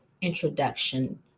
introduction